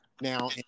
Now